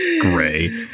Gray